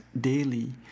daily